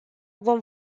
vom